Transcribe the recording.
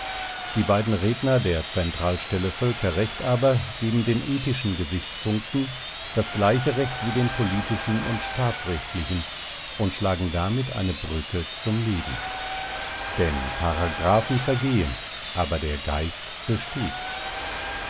die beiden redner der zentralstelle völkerrecht aber geben den ethischen gesichtspunkten das gleiche recht wie den politischen und staatsrechtlichen und schlagen damit eine brücke zum leben denn paragraphen vergehen aber der geist besteht